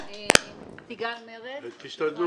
נושא הפרסום